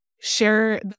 share